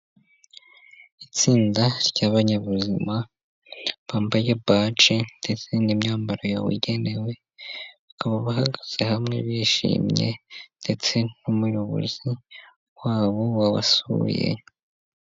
Itsinda ry'abanyabuzima bambaye baje ndetse n'imyambaro yabugenewe, bakaba bahagaze hamwe bishimye, ndetse n'umuyobozi wabo wabasuye.